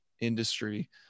industry